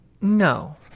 No